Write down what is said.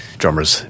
drummers